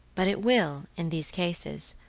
but it will, in these cases,